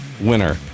winner